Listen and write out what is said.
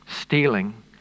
stealing